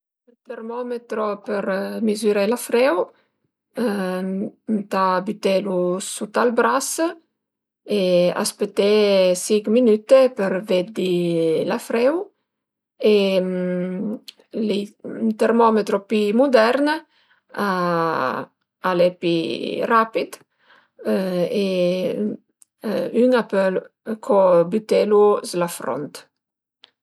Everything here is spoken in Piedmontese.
Ün termometro për mizuré la freu ëntà bütelu suta al bras e aspeté sinch minüte për veddi la freu e ël termometro pi mudern al e pi rapid e ün a pöl co bütelu s'la front